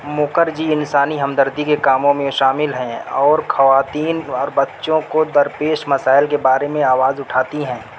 مکھرجی انسانی ہمدردی کے کاموں میں شامل ہیں اور خواتین اور بچوں کو درپیش مسائل کے بارے میں آواز اٹھاتی ہیں